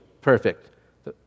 perfect